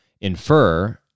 infer